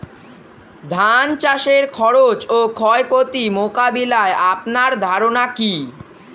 ধান চাষের খরচ ও ক্ষয়ক্ষতি মোকাবিলায় আপনার ধারণা কী?